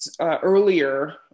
earlier